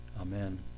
Amen